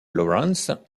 lawrence